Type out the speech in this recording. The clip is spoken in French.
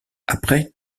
après